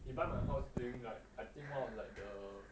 he buy the house during like I think one of like the